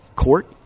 court